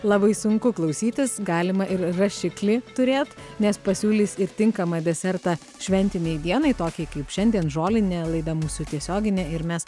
labai sunku klausytis galima ir rašiklį turėt nes pasiūlys ir tinkamą desertą šventinei dienai tokiai kaip šiandien žolinė laida mūsų tiesioginė ir mes